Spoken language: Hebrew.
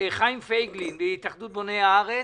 חיים פייגלין מהתאחדות בוני הארץ,